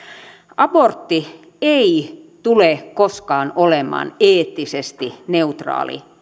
abortti ei tule koskaan olemaan eettisesti neutraali